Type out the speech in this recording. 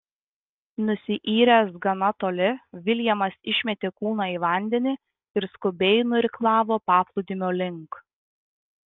nusiyręs gana toli viljamas išmetė kūną į vandenį ir skubiai nuirklavo paplūdimio link